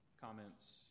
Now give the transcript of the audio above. comments